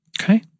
Okay